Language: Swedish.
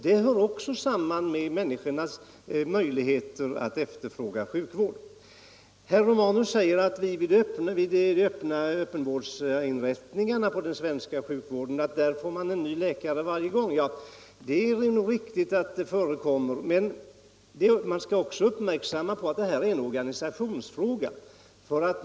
Det hör också samman med människornas möjligheter att efterfråga sjukvård. Herr Romanus säger att vid öppenvårdsinrättningarna på de svenska sjukhusen får man en ny läkare varje gång. Det är nog riktigt att det förekommer, men detta är en organisationsfråga.